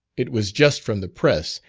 it was just from the press,